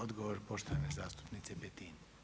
Odgovor poštovane zastupnice Petin.